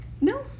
No